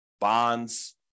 bonds